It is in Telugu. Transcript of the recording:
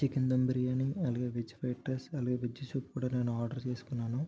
చికెన్ ధమ్ బిర్యానీ అలాగే వెజ్ ఫ్రైడ్ రైస్ అలాగే వెజ్ సూప్ కూడా నేను ఆర్డర్ చేసుకున్నాను